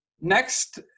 next